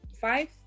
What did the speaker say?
five